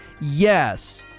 Yes